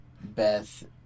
Beth